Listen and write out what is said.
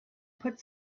put